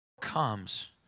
comes